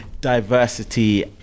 diversity